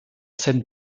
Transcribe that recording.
scène